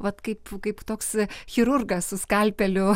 vat kaip kaip toks chirurgas skalpeliu